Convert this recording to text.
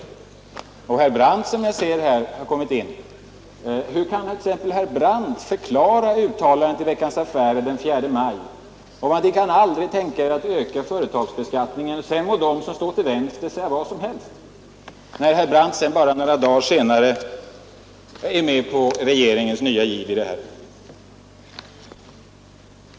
Hur kan t.ex. herr Brandt, som jag ser har kommit in i kammaren, förklara uttalandet i Veckans Affärer den 4 maj om att socialdemokraterna aldrig kan tänka sig att öka företagsbeskattningen — sedan må de som står till vänster säga vad som helst — när herr Brandt några dagar senare är med på regeringens nya giv?